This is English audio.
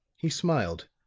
he smiled